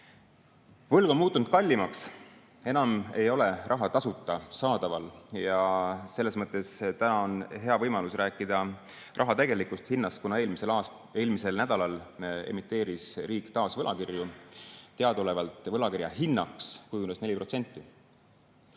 Võlg on muutunud kallimaks, enam ei ole raha tasuta saadaval. Selles mõttes on täna hea võimalus rääkida raha tegelikust hinnast, kuna eelmisel nädalal emiteeris riik taas võlakirju. Teadaolevalt võlakirja hinnaks kujunes 4%.